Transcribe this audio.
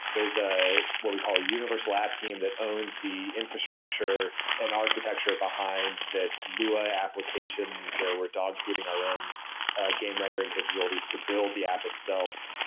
there is ah what we call a universal lab team that owns the infrastructure and architecture behind this lua application where we're dog fooding our own game rendering capabilities to build the app itself.